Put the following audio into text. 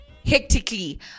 Hectically